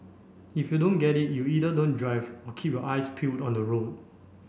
if you don't get it you either don't drive or keep your eyes peeled on the road